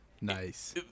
Nice